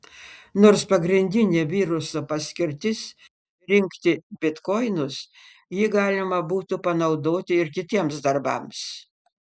nors pagrindinė viruso paskirtis rinkti bitkoinus jį galima būtų panaudoti ir kitiems darbams